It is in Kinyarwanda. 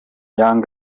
young